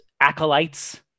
Acolytes